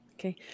Okay